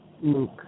Luke